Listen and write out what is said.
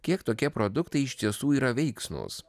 kiek tokie produktai iš tiesų yra veiksnūs